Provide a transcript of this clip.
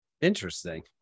Interesting